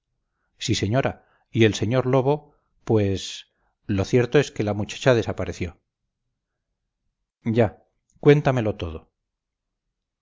sí señora y el sr de lobo pues lo cierto fue que la muchacha desapareció ya cuéntamelo todo